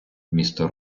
місто